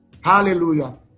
Hallelujah